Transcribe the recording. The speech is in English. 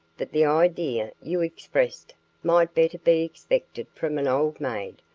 that the idea you expressed might better be expected from an old maid,